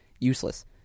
useless